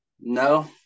no